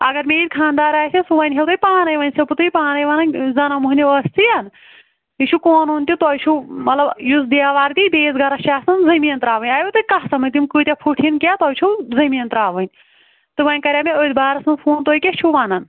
اگر مےٚ یہِ خانٛدار آسہِ ہا سُہ ونہِ ہو تۄہہِ پانے وۄنۍ چھَسو بہٕ تۄہہِ پانے ونان زنان مۅہنیٚو ٲسۍتیٚن یہِ چھُ قوٚنوٗن تہِ تۄہہِ چھُو مطلب یُس دیوار دِی بیٚیس گرس چھِ آسان زمیٖن ترٛاوٕنی آیوٕ تۄہہِ کتھ سمٕچ تِم کۭتیاہ پھُٹ یِنۍ یا تۅہہِ چھُو زٔمیٖن ترٛاوٕنی تہٕ وۄنۍ کریٛاے مےٚ أتھۍ بارس منٛز فون تُہۍ کیٛاہ چھِو ونان